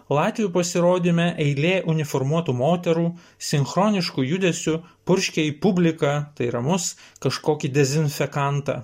latvių pasirodyme eilė uniformuotų moterų sinchronišku judesiu purškia į publiką tai yra mus kažkokį dezinfekantą